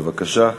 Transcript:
בבקשה.